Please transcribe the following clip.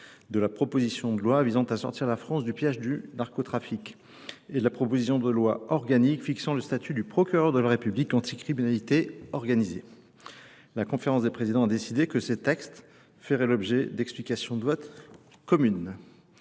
de la proposition de loi visant à sortir la France du piège du narcotrafique et de la proposition de loi organique fixant le statut du procureur de la République anti-criminalité organisée. La conférence des présidents a décidé que ces textes feraient l'objet d'explications de vote communes.